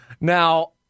now